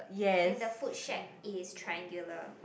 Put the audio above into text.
then the food shelf is triangular